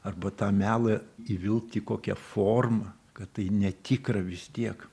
arba tą melą įvilkt į kokią formą kad tai netikra vis tiek